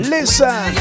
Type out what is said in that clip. Listen